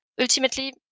ultimately